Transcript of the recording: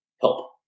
help